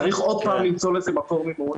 צריך עוד פעם למצוא לזה מקור מימון